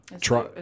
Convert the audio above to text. Try